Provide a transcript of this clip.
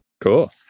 Cool